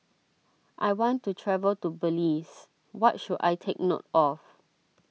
I want to travel to Belize what should I take note of